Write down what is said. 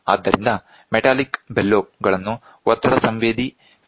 ಆದ್ದರಿಂದ ಮೆಟಾಲಿಕ್ ಬೆಲೋಗಳನ್ನು ಒತ್ತಡ ಸಂವೇದಿ ಫಿಲಮೆಂಟ್ಗಳಾಗಿ ಬಳಸಬಹುದು